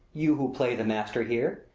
you who play the master here!